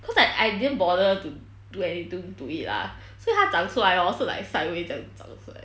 cause like I didn't bother to do anything to it lah 所以它长出来 hor 是 side way 这样长出来的